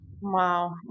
Wow